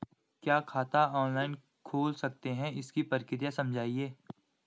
क्या खाता ऑनलाइन खोल सकते हैं इसकी प्रक्रिया समझाइए?